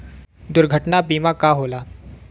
दुर्घटना बीमा का होला?